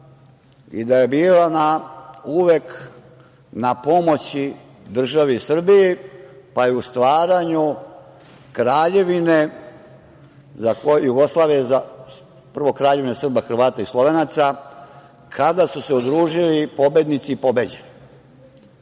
i da je bila uvek na pomoći državi Srbiji, pa je u stvaranju prvo Kraljevine Srba, Hrvata i Slovenaca, kada su se udružili pobednici i pobeđeni.